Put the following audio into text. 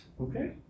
Okay